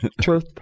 Truth